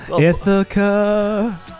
Ithaca